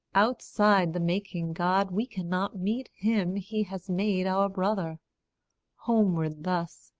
outside the making god we cannot meet him he has made our brother homeward, thus,